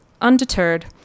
undeterred